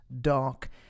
dark